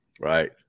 Right